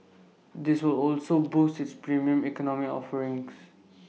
this will also boost its Premium Economy offerings